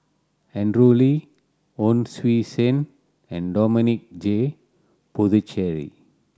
Andrew Lee Hon Sui Sen and Dominic J Puthucheary